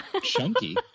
Chunky